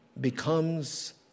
becomes